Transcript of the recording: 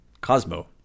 Cosmo